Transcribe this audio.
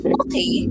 okay